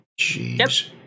jeez